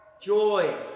joy